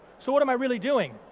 so what am i really doing?